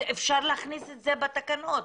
אפשר להכניס את זה בתקנות.